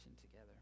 together